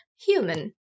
human